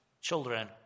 children